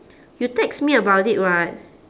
you text me about it [what]